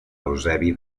eusebi